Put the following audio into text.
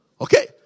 Okay